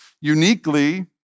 uniquely